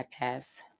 podcast